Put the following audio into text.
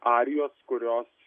arijos kurios